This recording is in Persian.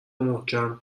محکم